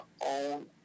own